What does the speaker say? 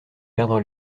perdre